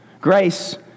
Grace